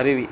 அருவி